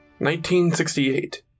1968